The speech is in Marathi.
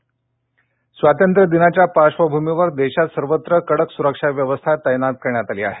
सरक्षा स्वातंत्र्यदिनाच्या पार्श्वभूमक्रि देशात सर्वत्र कडक सुरक्षा व्यवस्था तैनात करण्यात आला आहे